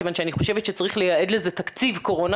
כיוון שאני חושבת שצריך לייעד לזה תקציב קורונה,